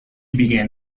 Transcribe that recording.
began